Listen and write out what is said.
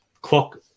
clock